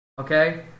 okay